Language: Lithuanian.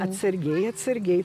atsargiai atsargiai